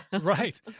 Right